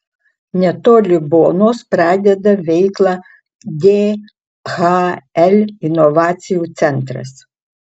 netoli bonos pradeda veiklą dhl inovacijų centras